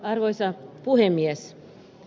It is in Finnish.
arvoisa puhemies